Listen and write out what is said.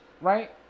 right